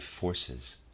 forces